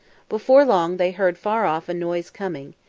before long they heard far off a noise coming.